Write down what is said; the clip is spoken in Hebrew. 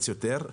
גבוהה.